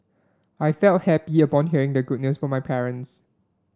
I felt happy upon hearing the good news from my parents